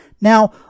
Now